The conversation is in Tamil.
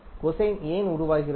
கொசைன் ஏன் உருவாகிறது